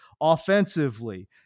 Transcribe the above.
offensively